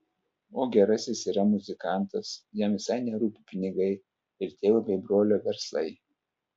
o gerasis yra muzikantas jam visai nerūpi pinigai ir tėvo bei brolio verslai